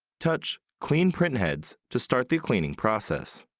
touch clean printheads to start the cleaning process.